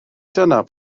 dyna